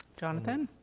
jonathan?